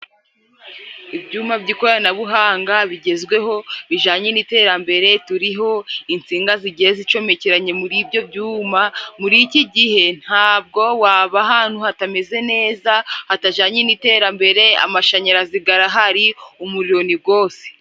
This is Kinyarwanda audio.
Ibyuma by'ikoranabuhanga bigezweho bijanye n'iterambere turiho, insinga zigiye zicomekeranye muri ibyo byuma. Muri iki gihe ntabwo waba ahantu hatameze neza hatajanye n'iterambere, amashanyarazi garahari umuriro ni gose.